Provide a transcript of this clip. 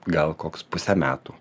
gal koks pusę metų